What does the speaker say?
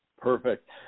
Perfect